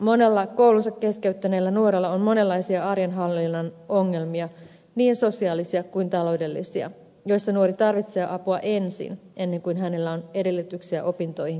monella koulunsa keskeyttäneellä nuorella on monenlaisia arjenhallinnan ongelmia niin sosiaalisia kuin taloudellisia joissa nuori tarvitsee apua ensin ennen kuin hänellä on edellytyksiä opintoihin keskittymiseen